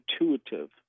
intuitive